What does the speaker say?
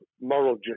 moral